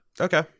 Okay